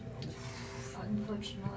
Unfortunately